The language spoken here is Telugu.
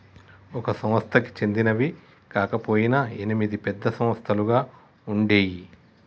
ఒక సంస్థకి చెందినవి కాకపొయినా ఎనిమిది పెద్ద సంస్థలుగా ఉండేయ్యి